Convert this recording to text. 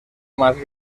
más